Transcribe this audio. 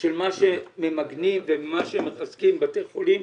ושל מה שממגנים ומה שמחזקים, בתי חולים